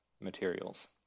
materials